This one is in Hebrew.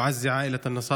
(אומר בערבית: